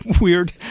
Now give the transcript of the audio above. weird